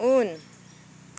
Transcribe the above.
उन